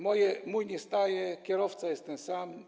Mój nie staje, kierowca jest ten sam.